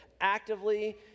Actively